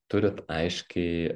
turit aiškiai